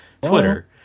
Twitter